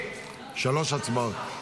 הממשלה (תיקון מספר 17) (ביטול ממשלת החילופים)